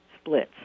splits